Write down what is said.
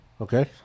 Okay